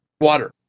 water